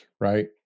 right